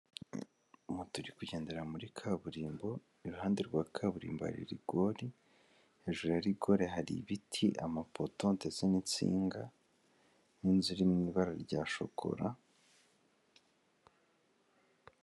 Umuntu uri kugendera muri kaburimbo, i ruhande rwa kaburimbo hari rigori, hejuru ya rigori hari ibiti, amapoto, ndetse n'insinga, n'inzu iri mu ibara rya shokora...